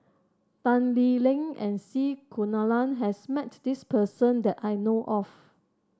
Tan Lee Leng and C Kunalan has met this person that I know of